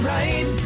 right